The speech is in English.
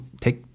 take